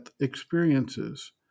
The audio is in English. experiences